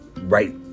right